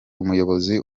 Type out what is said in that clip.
umuyobozi